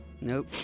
Nope